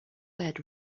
lead